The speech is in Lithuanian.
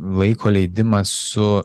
laiko leidimas su